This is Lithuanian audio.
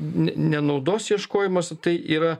ne ne naudos ieškojimas tai yra